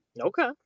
okay